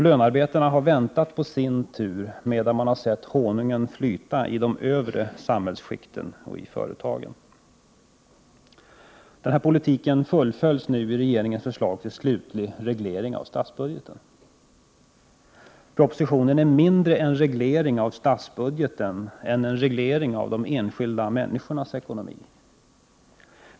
Lönearbetarna har väntat på sin tur, medan de sett honungen flyta i de övre samhällsskikten och i företagen. Den politiken fullföljs nu i regeringens förslag till slutlig reglering av statsbudgeten. Propositionen är mindre en reglering av statsbudgeten än en reglering av de enskilda människornas ekonomi.